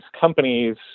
companies